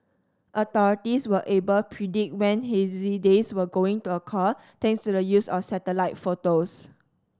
authorities were able predict when hazy days were going to occur thanks to the use of satellite photos